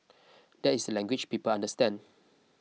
that is the language people understand